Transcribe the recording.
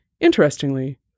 Interestingly